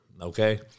Okay